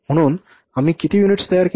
म्हणून आम्ही किती युनिट्स तयार केल्या